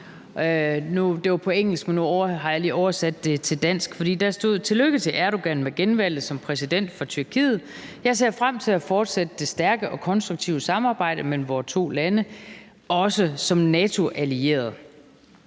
skrevet på engelsk, men nu har jeg lige oversat det til dansk, og der stod: Tillykke til Erdogan med genvalget som præsident for Tyrkiet. Jeg ser frem til at fortsætte det stærke og konstruktive samarbejde mellem vore to lande, også som NATO-allierede.